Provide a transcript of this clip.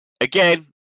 Again